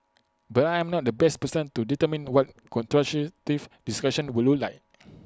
but I am not the best person to determine what constructive discussion would look like